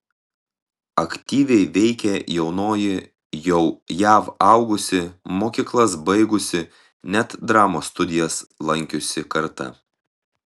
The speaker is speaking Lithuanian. aktyviai veikė jaunoji jau jav augusi mokyklas baigusi net dramos studijas lankiusi karta